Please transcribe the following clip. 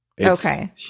okay